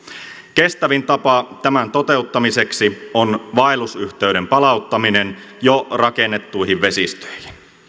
kestävin tapa tämän toteuttamiseksi on vaellusyhteyden palauttaminen jo rakennettuihin vesistöihin